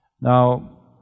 Now